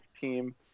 team